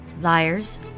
Liars